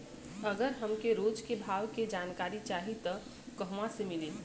अगर हमके रोज के भाव के जानकारी चाही त कहवा से मिली?